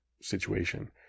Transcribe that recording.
situation